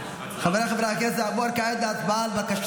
חברים, אם ככה נראית אחריות, אפשר לקפל.